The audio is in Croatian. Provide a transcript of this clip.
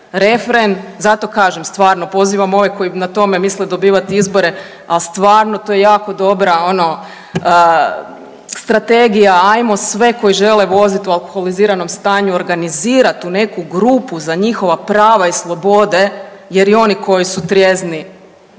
refren. Zato kažem stvarno pozivam ove koji na tome misle dobivati izbore, a stvarno to je jako dobra ono strategija, ajmo sve koji žele voziti u alkoholiziranom stanju organizirat u neku grupu za njihova prava i slobode jer i oni koji su trijezni